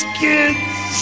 kids